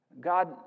God